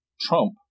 Trump